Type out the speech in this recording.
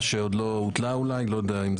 שנאה ושטנה שכמוהו לא נשמע הרבה מאוד זמן לא בא להם בטוב